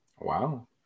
Wow